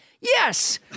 Yes